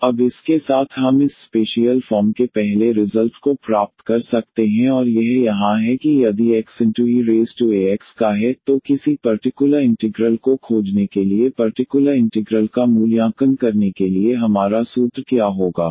तो अब इसके साथ हम इस स्पेशियल फॉर्म के पहले रिजल्ट को प्राप्त कर सकते हैं और यह यहाँ है कि यदि x eax का है तो किसी पर्टिकुलर इंटिग्रल को खोजने के लिए पर्टिकुलर इंटिग्रल का मूल्यांकन करने के लिए हमारा सूत्र क्या होगा